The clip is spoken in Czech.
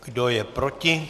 Kdo je proti?